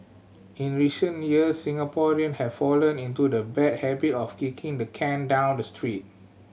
in recent years Singaporean have fallen into the bad habit of kicking the can down the street